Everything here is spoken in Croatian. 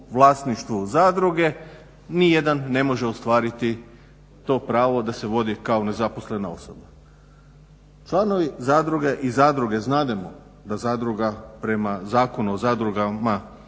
vlasništvu zadruge nijedan ne može ostvariti to pravo da se vodi kao nezaposlena osoba. Članovi zadruge i zadruge znademo da zadruga prema Zakonu o zadrugama